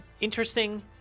interesting